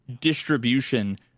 distribution